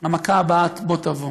המכה הבאה בוא תבוא.